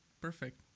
Perfect